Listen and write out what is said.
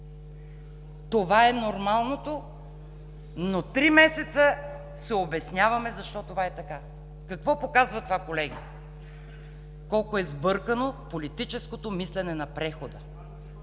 Това е нормалното! Три месеца се обясняваме защо това е така. Какво показва това, колеги? Показва колко е сбъркано политическото мислене на прехода,